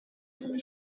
toute